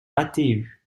atu